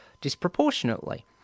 disproportionately